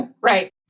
right